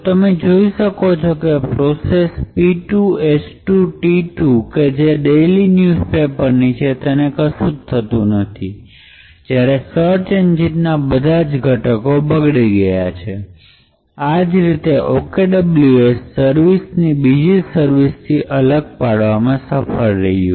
અને તમે જોઈ શકો છો કે પ્રોસેસ p ૨ s ૨ t ૨ કે જે ડેઇલી ન્યૂઝ પેપરની છે તેને કશું થયું નથી જ્યારે સર્ચ એન્જિન ના બધા જ ઘટાકો બગડયા છે આ રીતે ઓકે ડબલ્યુ એસ સર્વિસ ને બીજી સર્વિસ થી અલગ પાડવામાં સફળ રહ્યું